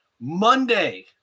Monday